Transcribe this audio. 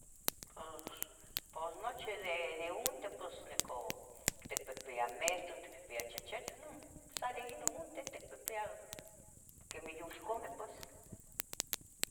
Pos, pos nochi de unteh pos nicoh ticpehpeyah meston, ticpehpeya chechetoh non, san de Inon unteh ticpihpiyah quemeh yolcameh pues.